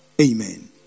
Amen